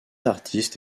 artistes